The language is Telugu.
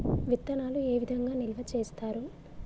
విత్తనాలు ఏ విధంగా నిల్వ చేస్తారు?